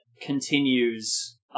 continues